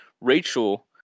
Rachel